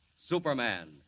Superman